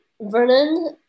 Vernon